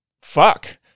fuck